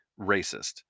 racist